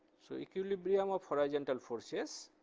so equilibrium of horizontal forces